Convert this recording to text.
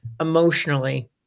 emotionally